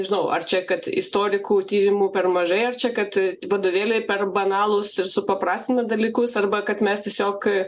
nežinau ar čia kad istorikų tyrimų per mažai ar čia kad vadovėliai per banalūs ir supaprastina dalykus arba kad mes tiesiog